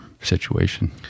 situation